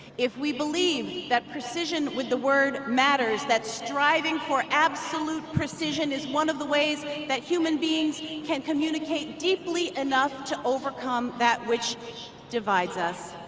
if we believe that precision with the word matters that striving for absolute precision is one of the ways that human beings can communicate deeply enough to overcome that which divides us